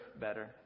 better